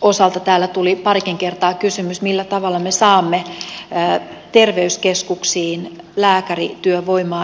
osalta täällä tuli parikin kertaa kysymys millä tavalla me saamme terveyskeskuksiin lääkärityövoimaa riittävissä määrin